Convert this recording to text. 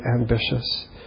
ambitious